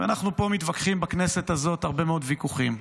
ואנחנו פה מתווכחים בכנסת הזאת הרבה מאוד ויכוחים.